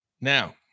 Now